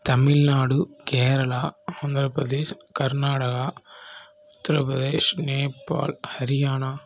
Tamil Nadu Kerala Andhra Pradesh Karnataka Uttar Pradesh Nepal Haryana